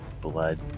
blood